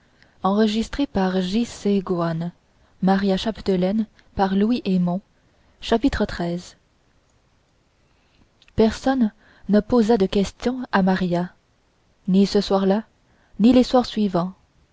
chapitre xiii personne ne posa de questions à maria ni ce soir-là ni les soirs suivants